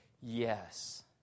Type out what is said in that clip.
yes